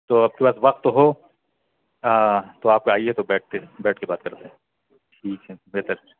تو آپ کے پاس وقت ہو تو آپ آئیے تو بیٹھتے ہیں بیٹھ کے بات کرتے ہیں ٹھیک ہے بہتر